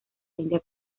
india